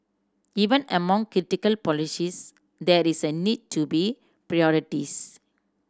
even among critical policies there is a need to be prioritise